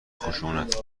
خشونت